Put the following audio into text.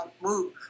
move